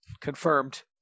Confirmed